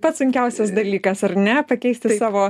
pats sunkiausias dalykas ar ne pakeisti savo